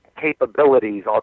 capabilities